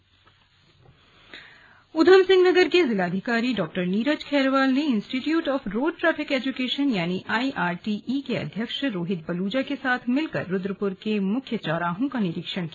slug सड़क सुरक्षा उधमसिंह नगर के जिलाधिकारी डॉ नीरज खैरवाल ने institute of road traffic education यानि आई आरटीई के अध्यक्ष रोहित बलूजा के साथ मिलकर रुद्रपुर के मुख्य चौराहों का निरीक्षण किया